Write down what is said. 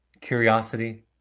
Curiosity